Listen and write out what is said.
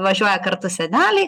važiuoja kartu seneliai